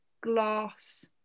glass